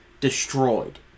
Destroyed